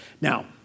Now